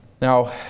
Now